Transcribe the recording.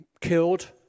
killed